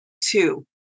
Two